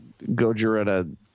Gojira